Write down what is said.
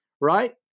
right